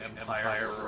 Empire